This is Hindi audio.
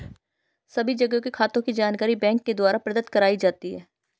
सभी तरह के खातों के जानकारी बैंक के द्वारा प्रदत्त कराई जाती है